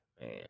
man